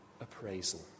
appraisal